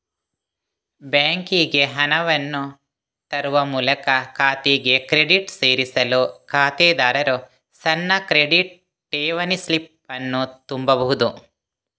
ಬ್ಯಾಂಕಿಗೆ ಹಣವನ್ನು ತರುವ ಮೂಲಕ ಖಾತೆಗೆ ಕ್ರೆಡಿಟ್ ಸೇರಿಸಲು ಖಾತೆದಾರರು ಸಣ್ಣ ಕ್ರೆಡಿಟ್, ಠೇವಣಿ ಸ್ಲಿಪ್ ಅನ್ನು ತುಂಬಬಹುದು